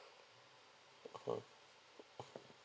mmhmm